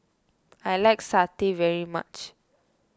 I like Satay very much